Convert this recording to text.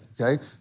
okay